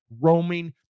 roaming